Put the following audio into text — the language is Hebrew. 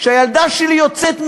כשהילדה שלי יוצאת מגדרה,